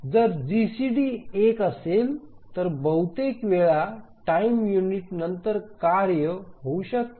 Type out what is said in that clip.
जर जीसीडी एक असेल तर बहुतेक वेळा टाइम युनिट नंतर कार्य होऊ शकते